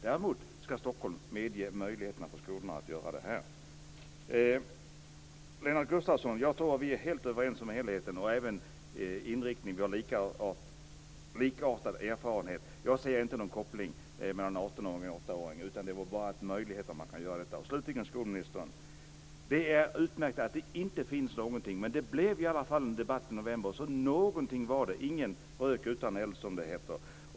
Däremot ska Stockholm medge möjligheten för skolorna att sköta planeringen. Vi är helt överens om helheten, Lennart Gustavsson, och även i fråga om inriktning har vi likartade erfarenheter. Jag ser inte någon koppling mellan artonåringar och åttaåringar - det var bara en möjlighet. Slutligen vänder jag mig till skolministern. Det är utmärkt att det inte finns någonting. Men det blev en debatt i november. Någonting var det - ingen rök utan eld.